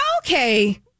okay